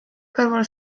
kõrval